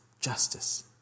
justice